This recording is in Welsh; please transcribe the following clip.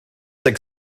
deg